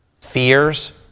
fears